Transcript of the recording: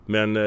Men